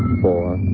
four